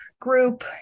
group